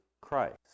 Christ